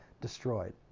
destroyed